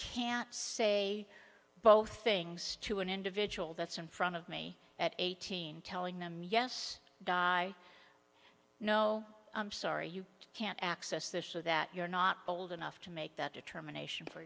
can say both things to an individual that's in front of me at eighteen telling them yes guy no i'm sorry you can't access this or that you're not old enough to make that determination for